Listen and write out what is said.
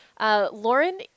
Lauren